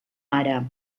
ara